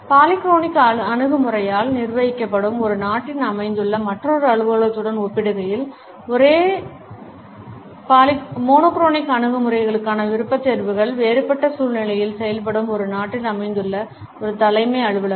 polychronic அணுகுமுறையால் நிர்வகிக்கப்படும் ஒரு நாட்டில் அமைந்துள்ள மற்றொரு அலுவலகத்துடன் ஒப்பிடுகையில் ஒரே வண்ணமுடைய அணுகுமுறைகளுக்கான விருப்பத்தேர்வுகள் வேறுபட்ட சூழ்நிலையில் செயல்படும் ஒரு நாட்டில் அமைந்துள்ள ஒரு தலைமை அலுவலகம்